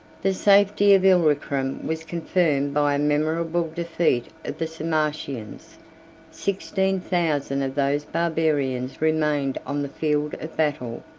the safety of illyricum was confirmed by a memorable defeat of the sarmatians sixteen thousand of those barbarians remained on the field of battle,